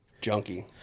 junkie